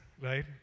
right